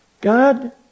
God